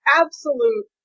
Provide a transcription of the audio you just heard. absolute